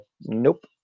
nope